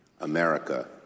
America